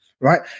right